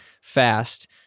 fast